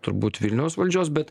turbūt vilniaus valdžios bet